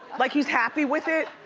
like he's happy with it,